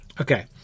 Okay